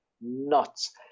nuts